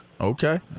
Okay